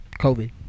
covid